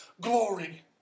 glory